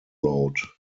road